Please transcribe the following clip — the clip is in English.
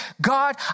God